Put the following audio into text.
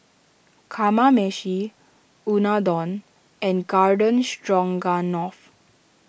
Kamameshi Unadon and Garden Stroganoff